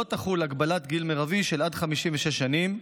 תחול הגבלת גיל מרבי של עד 56 שנים,